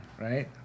right